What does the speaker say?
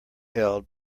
held